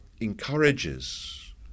encourages